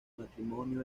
matrimonio